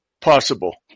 possible